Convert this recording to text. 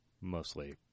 mostly